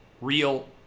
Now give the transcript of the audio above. real